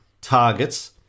targets